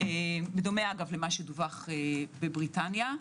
בדומה למה שדווח בבריטניה.